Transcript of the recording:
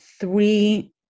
three